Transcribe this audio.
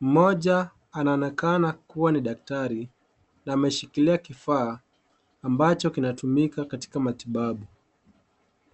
Mmoja anaonekana kuwa ni daktari na ameshikilia kifaa ambacho kinatumika katika matibabu.